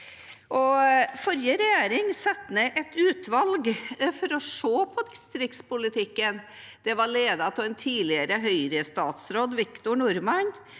Forrige regjering satte ned et utvalg for å se på distriktspolitikken. Det ble ledet av tidligere Høyre-statsråd Victor Norman.